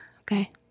Okay